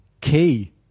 Key